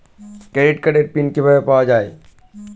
Credit কার্ডের PIN কিভাবে পাওয়া যাবে?